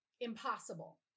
impossible